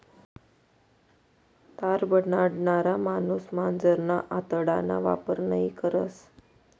तार बनाडणारा माणूस मांजरना आतडाना वापर नयी करस